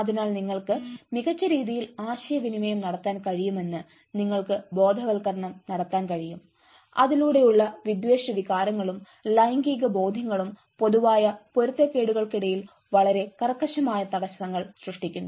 അതിനാൽ നിങ്ങൾക്ക് മികച്ച രീതിയിൽ ആശയവിനിമയം നടത്താൻ കഴിയുമെന്ന് നിങ്ങൾക്ക് ബോധവൽക്കരണം നടത്താൻ കഴിയും അതിലൂടെയുള്ള വിദ്വേഷ വികാരങ്ങളും ലൈംഗിക ബോധ്യങ്ങളും പൊതുവായ പൊരുത്തക്കേടുകൾക്കിടയിൽ വളരെ കർക്കശമായ തടസ്സങ്ങൾ സൃഷ്ടിക്കുന്നു